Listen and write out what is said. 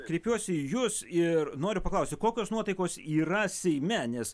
kreipiuosi į jus ir noriu paklausti kokios nuotaikos yra seime nes